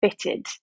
fitted